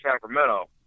Sacramento